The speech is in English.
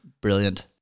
Brilliant